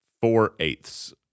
four-eighths